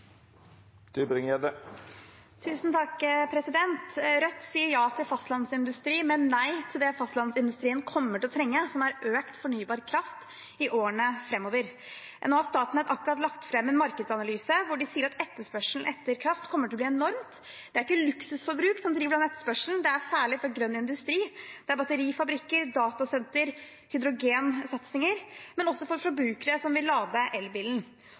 Rødt sier ja til fastlandsindustri, men nei til det fastlandsindustrien kommer til å trenge, som er økt fornybar kraft i årene framover. Nå har Statnett akkurat lagt fram en markedsanalyse hvor de sier at etterspørselen etter kraft kommer til å bli enorm. Det er ikke luksusforbruk som driver den etterspørselen; den kommer særlig fra grønn industri. Det er fra batterifabrikker, datasentre og hydrogensatsinger, og også fra forbrukere som vil lade elbilen.